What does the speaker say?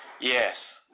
Yes